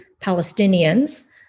Palestinians